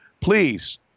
Please